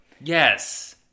yes